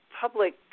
public